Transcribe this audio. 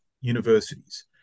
universities